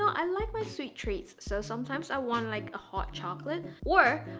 i like my sweet treats, so sometimes i want like a hot chocolate, or,